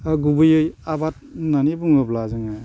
दा गुबैयै आबाद होननानै बुङोब्ला जोङो